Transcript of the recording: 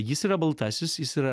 jis yra baltasis jis yra